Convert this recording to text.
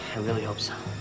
really hope so.